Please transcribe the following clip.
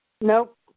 Nope